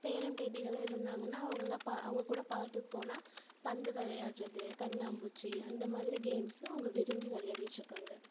பேரன் பேத்திங்கெல்லாம் இருந்தாங்கன்னா அவங்கள்லாம் அவங்க கூட பார்க்குக்கு போனால் பந்து விளையாட்றது கண்ணாம்மூச்சி அந்தமாதிரி கேம்ஸும் அவங்க விரும்பி விளையாடிட்டு இருக்காங்க